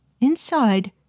inside